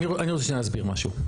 אוקיי, אני רוצה שנייה להסביר משהו.